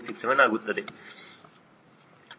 67 ಆಗಬಹುದು